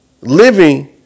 living